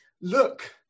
look